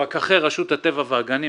פקחי רשות הטבע והגנים,